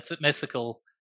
mythical